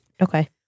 Okay